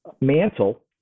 Mantle